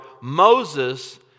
Moses